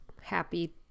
Happy